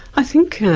i think,